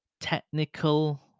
technical